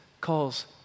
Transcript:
calls